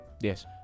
Yes